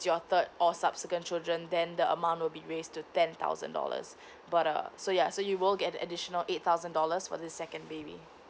your third or subsequent children then the amount will be raised to ten thousand dollars but uh so ya so you will get the additional eight thousand dollars for the second baby